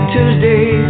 Tuesday